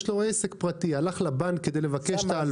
יש לו עסק פרטי, הלך לבנק כדי לבקש הלוואה.